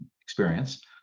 experience